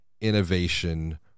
innovation